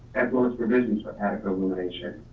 as well as revisions for adequate illumination.